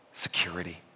Security